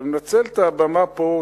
אני מנצל את הבמה פה,